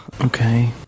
Okay